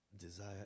desire